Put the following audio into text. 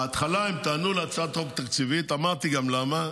בהתחלה הם טענו להצעת חוק תקציבית, אמרתי גם למה.